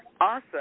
Awesome